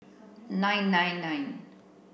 nine nine nine